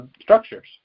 structures